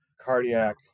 cardiac